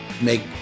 make